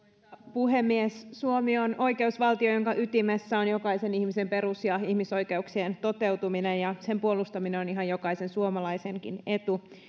puhemies suomi on oikeusvaltio jonka ytimessä on jokaisen ihmisen perus ja ihmisoikeuksien toteutuminen ja sen puolustaminen on ihan jokaisen suomalaisenkin etu